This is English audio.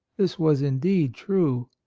this was indeed true.